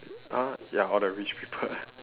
uh ya all the rich people